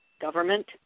government